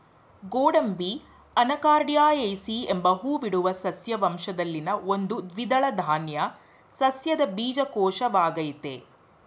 ಗೋಡಂಬಿ ಅನಾಕಾರ್ಡಿಯೇಸಿ ಎಂಬ ಹೂಬಿಡುವ ಸಸ್ಯ ವಂಶದಲ್ಲಿನ ಒಂದು ದ್ವಿದಳ ಧಾನ್ಯ ಸಸ್ಯದ ಬೀಜಕೋಶವಾಗಯ್ತೆ